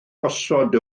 gosod